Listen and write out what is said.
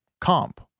comp